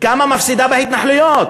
כמה היא מפסידה בהתנחלויות,